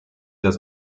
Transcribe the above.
das